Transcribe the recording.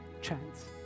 chance